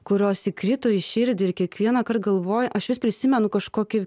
kurios įkrito į širdį ir kiekvienąkart galvoju aš vis prisimenu kažkokį